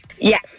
Yes